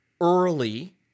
early